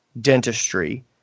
dentistry